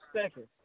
seconds